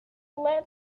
let